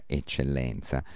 eccellenza